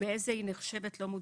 ובאיזה היא נחשבת לא מוצדקת?